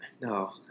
No